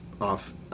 off